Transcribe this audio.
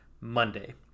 Monday